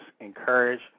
encourage